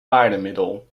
paardenmiddel